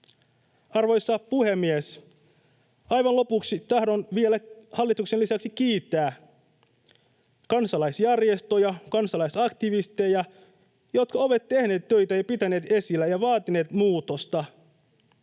Arvoisa puhemies! Aivan lopuksi tahdon vielä, hallituksen lisäksi, kiittää kansalaisjärjestöjä ja kansalaisaktivisteja, jotka ovat tehneet töitä ja pitäneet esillä, vaatineet muutosta.